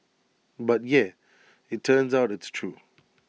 but yeah IT turns out it's true